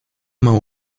mało